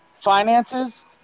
finances